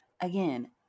again